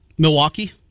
Milwaukee